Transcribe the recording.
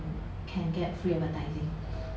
can get free advertising